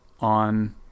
on